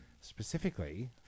Specifically